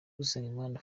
usengimana